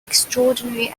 extraordinary